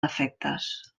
defectes